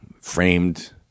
framed